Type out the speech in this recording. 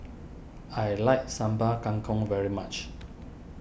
I like Sambal Kangkong very much